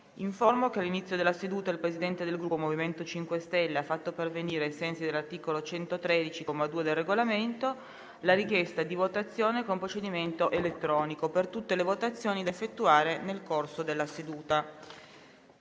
che all'inizio della seduta il Presidente del Gruppo MoVimento 5 Stelle ha fatto pervenire, ai sensi dell'articolo 113, comma 2, del Regolamento, la richiesta di votazione con procedimento elettronico per tutte le votazioni da effettuare nel corso della seduta.